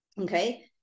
okay